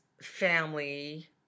family